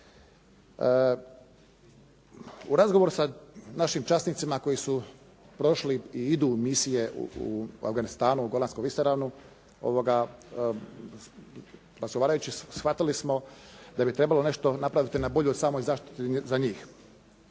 U razgovoru sa našim časnicima koji su prošli i idu u misije u Afganistan, u Golansku visoravan razgovarajući shvatili smo da bi trebalo nešto napraviti na boljoj, samoj zaštiti za njih.